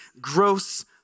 gross